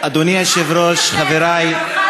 אדוני היושב-ראש, חברי, אל תתייחס.